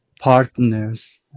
partners